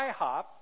IHOP